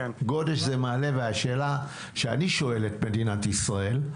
גודש זה מעלה והשאלה שאני שואל את מדינת ישראל,